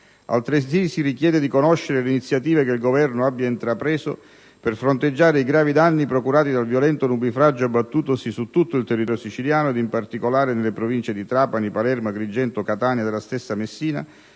Altresì si chiede di conoscere le iniziative che il Governo abbia intrapreso per fronteggiare i gravi danni procurati dal violento nubifragio abbattutosi su tutto il territorio siciliano, in particolare nelle province di Trapani, Palermo, Agrigento, Catania e della stessa Messina,